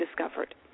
discovered